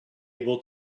able